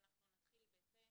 ואנחנו נתחיל בזה.